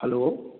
hello